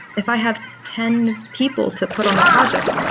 if i have ten people to put on a project,